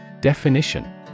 Definition